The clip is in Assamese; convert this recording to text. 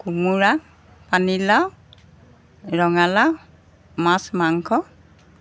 কোমোৰা পানীলাও ৰঙালাও মাছ মাংস